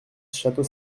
château